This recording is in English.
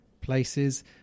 places